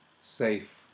safe